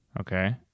Okay